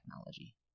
technology